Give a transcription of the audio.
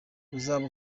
uzaba